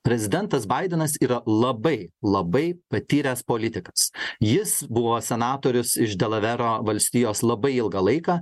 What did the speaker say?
prezidentas baidenas yra labai labai patyręs politikas jis buvo senatorius iš delavero valstijos labai ilgą laiką